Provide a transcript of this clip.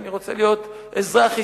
אני רוצה להיות אזרח ישראלי.